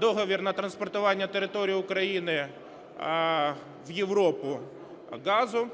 договір на транспортування територією України в Європу газу,